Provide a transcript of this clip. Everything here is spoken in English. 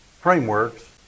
frameworks